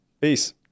Peace